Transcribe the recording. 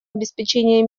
обеспечения